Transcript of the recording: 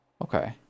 Okay